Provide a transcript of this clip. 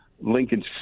Lincoln's